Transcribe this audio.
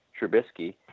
Trubisky